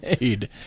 made